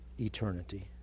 eternity